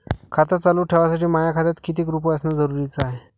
खातं चालू ठेवासाठी माया खात्यात कितीक रुपये असनं जरुरीच हाय?